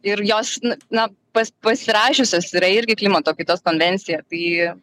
ir jos na pas pasirašiusios yra irgi klimato kaitos konvenciją tai